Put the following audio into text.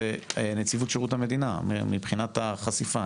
זה נציבות שירות המדינה מבחינת החשיפה.